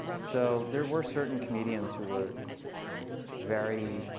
so there were certain comedians who were very